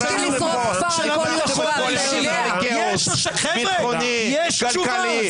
הפכתם את כל המדינה לכאוס ביטחוני, כלכלי.